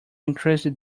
increased